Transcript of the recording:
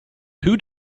who